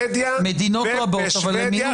מדינות רבות אבל הן מיעוט.